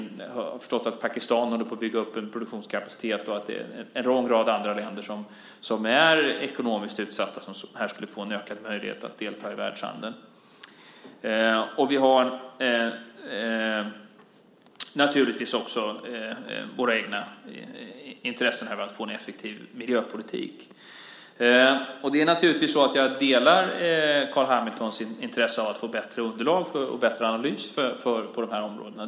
Jag har förstått att Pakistan håller på att bygga upp en produktionskapacitet och att en lång rad andra länder som är ekonomiskt utsatta här skulle få en ökad möjlighet att delta i världshandeln. Vi har naturligtvis också egna intressen av att få en effektiv miljöpolitik. Naturligtvis delar jag Carl Hamiltons intresse av att få bättre underlag och bättre analys på de här områdena.